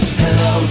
hello